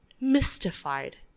mystified